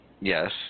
Yes